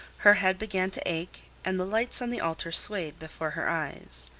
her head began to ache, and the lights on the altar swayed before her eyes.